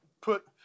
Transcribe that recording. put